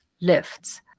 lifts